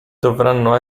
dovranno